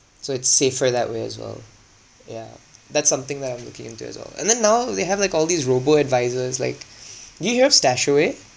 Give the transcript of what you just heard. so it's safer that way as well yeah that's something that I'm looking into as well and then now they have like all these robo advisers like did you have Stashaway